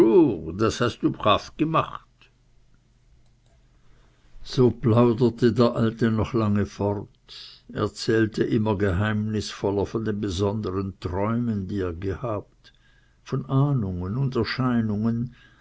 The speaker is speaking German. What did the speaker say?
das hast du brav gemacht so plauderte der alte noch lange fort erzählte immer geheimnisvoller von den besondern träumen die er gehabt von ahnungen und erscheinungen